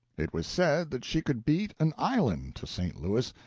it was said that she could beat an island to st. louis,